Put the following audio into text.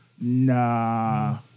nah